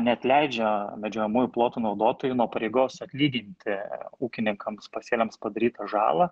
neatleidžia medžiojamųjų plotų naudotojų nuo pareigos atlyginti ūkininkams pasėliams padarytą žalą